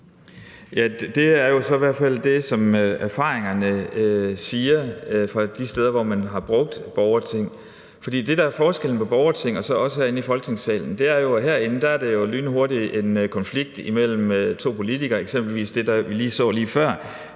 Det er jo så i hvert fald det, som erfaringerne siger fra de steder, hvor man har brugt borgerting. Det, der er forskellen på borgerting og så os herinde i Folketingssalen, er, at herinde er det jo lynhurtigt en konflikt imellem to politikere, eksempelvis som det, vi så lige før